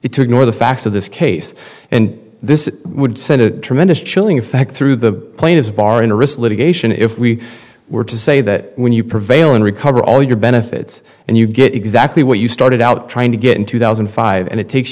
it to ignore the facts of this case and this it would send a tremendous chilling effect through the plaintiff's bar interest litigation if we were to say that when you prevail and recover all your benefits and you get exactly what you started out trying to get in two thousand and five and it takes